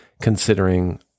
considering